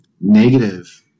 negative